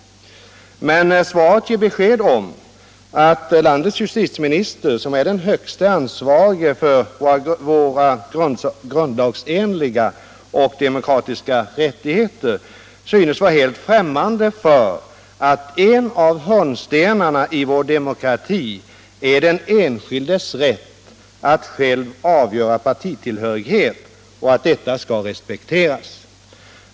Men svaret ger besked om att landets justitieminister, som är den högste ansvarige för våra grundlagsenliga och demokratiska rättigheter, synes vara helt främmande för att en av hörnstenarna i vår demokrati är den enskildes rätt att själv avgöra partitillhörighet och att detta skall respekteras.